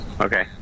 okay